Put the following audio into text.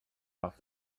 off